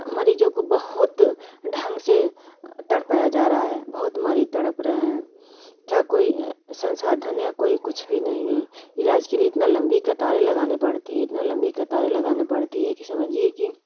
मरीज़ों को बहुत ढंग से तड़पाया जा रहा है बहुत मरीज़ तड़प रहे हैं क्या कोई संसाधन या कोई कुछ भी नहीं है इलाज के लिए इतना लंबी कतारे लगानी पड़ती है कि समझे कि